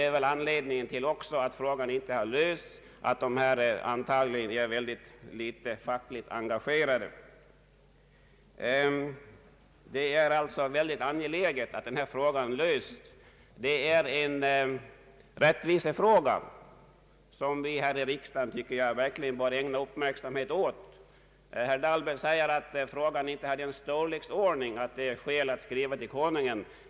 Anledningen till att frågan inte har lösts är väl att dessa grupper i ringa utsiräckning är fackligt organiserade. Det är alltså väldigt angeläget att denna fråga blir löst; det är en rättvisefråga som jag tycker att vi här i riksdagen borde ägna vår uppmärksamhet. Herr Dahlberg anser att frågan inte är av den storleksordningen att det är skäl att skriva till Kungl. Maj:t.